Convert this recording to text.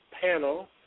panel